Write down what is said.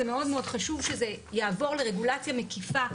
זה מאוד חשוב שזה יעבור לרגולציה מקיפה,